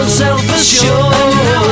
self-assured